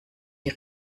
die